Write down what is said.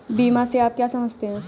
बीमा से आप क्या समझते हैं?